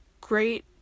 Great